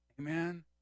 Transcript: Amen